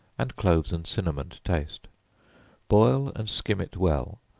and cloves and cinnamon to taste boil and skim it well,